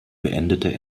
beendete